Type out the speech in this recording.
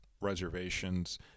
reservations